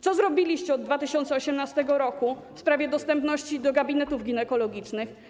Co zrobiliście od 2018 r. w sprawie dostępności gabinetów ginekologicznych?